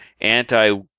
anti